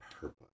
purpose